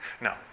No